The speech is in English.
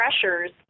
pressures